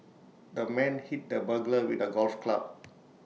the man hit the burglar with A golf club